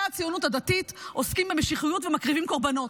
הציונות הדתית עוסקים במשיחיות ומקריבים קורבנות.